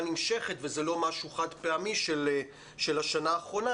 נמשכת וזה לא משהו חד פעמי של השנה האחרונה,